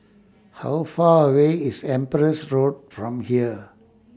How Far away IS Empress Road from here